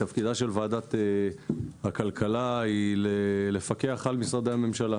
תפקידה של ועדת הכלכלה הוא לפקח על משרדי הממשלה.